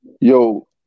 yo